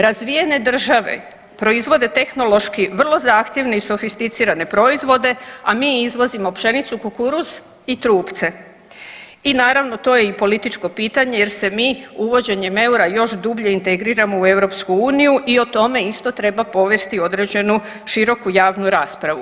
Razvijene države proizvode tehnološki vrlo zahtjeve i sofisticirane proizvode, a mi izvozimo pšenicu, kukuruz i trupce i naravno to je i političko pitanje jer se mi uvođenjem eura još dublje integriramo u EU i o tome isto treba povesti određenu široku javnu raspravu.